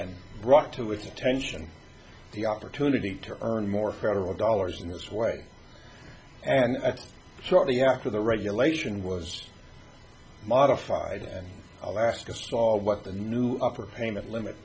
and brought to its attention the opportunity to earn more federal dollars in this way and shortly after the regulation was modified and alaska stalled what the new upper payment limit